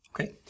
Okay